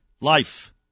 life